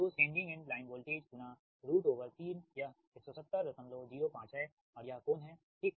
तो sending end line voltage गुणा 3 यह 17005 है और यह कोण हैठीक